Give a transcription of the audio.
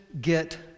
get